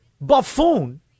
buffoon